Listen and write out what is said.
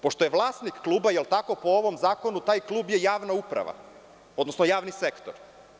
Pošto je vlasnik kluba, po ovom zakonu taj klub je javna uprava, odnosno javni sektor.